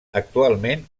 actualment